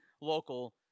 local